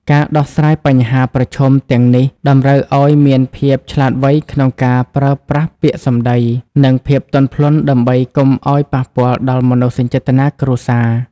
ការដោះស្រាយបញ្ហាប្រឈមទាំងនេះ តម្រូវឱ្យមានភាពឆ្លាតវៃក្នុងការប្រើប្រាស់ពាក្យសម្ដី និងភាពទន់ភ្លន់ដើម្បីកុំឱ្យប៉ះពាល់ដល់មនោសញ្ចេតនាគ្រួសារ។